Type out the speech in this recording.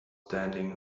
standing